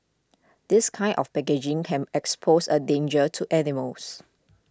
this kind of packaging can expose a danger to animals